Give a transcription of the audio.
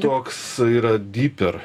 toks yra dyper